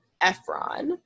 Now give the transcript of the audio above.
Efron